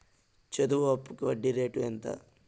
చదువు అప్పుకి వడ్డీ రేటు ఎంత?